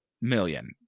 million